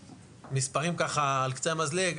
מספרים ככה על קצה המזלג,